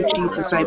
Jesus